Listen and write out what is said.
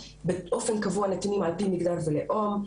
באופן קבוע נתונים על פי מגדר ולאום,